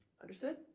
understood